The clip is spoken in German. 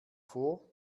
vor